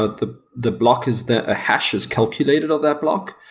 ah the the block is then a hash is calculated on that block.